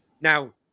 now